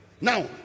Now